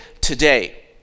today